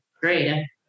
Great